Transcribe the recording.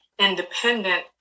independent